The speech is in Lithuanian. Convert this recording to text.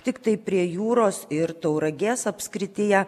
tiktai prie jūros ir tauragės apskrityje